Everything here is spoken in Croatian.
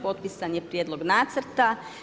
Potpisan je prijedlog nacrta.